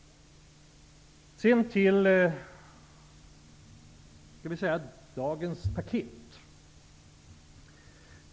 Vidare till dagens paket.